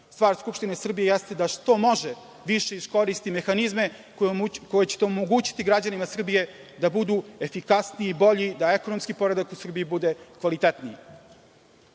Stvar Skupštine Srbije jeste da što može više iskoristi mehanizme koje ćete omogućiti građanima Srbije da budu efikasniji, bolji, da ekonomski poredak u Srbiji bude kvalitetniji.